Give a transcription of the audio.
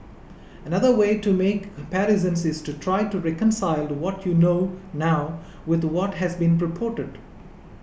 another way to make comparisons is to try to reconcile what you know now with what has been reported